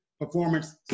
performance